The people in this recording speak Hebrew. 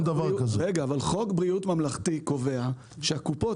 אבל חוק בריאות ממלכתי קובע שהקופות